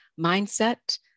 mindset